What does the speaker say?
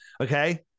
Okay